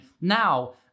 now